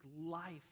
life